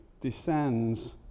descends